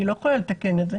אני לא יכולה לתקן את זה.